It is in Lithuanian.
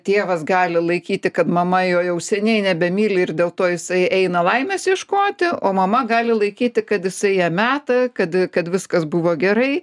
tėvas gali laikyti kad mama jo jau seniai nebemyli ir dėl to jisai eina laimės ieškoti o mama gali laikyti kad jisai ją meta kad kad viskas buvo gerai